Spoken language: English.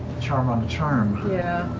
charm on charm. yeah